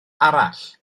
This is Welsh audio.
arall